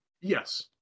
Yes